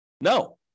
No